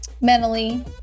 mentally